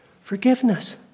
forgiveness